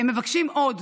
הם מבקשים עוד: